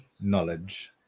knowledge